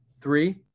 Three